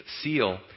seal